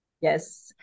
yes